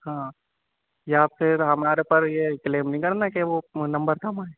ہاں یا پھر ہمارے اوپر یہ کلیم نہیں کرنا کہ وہ نمبر کم آئیں